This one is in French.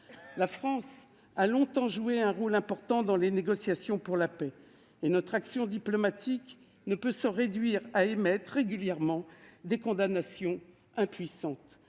La France a longtemps joué un rôle important dans les négociations pour la paix, et notre action diplomatique ne peut pas se réduire à émettre régulièrement des condamnations impuissantes.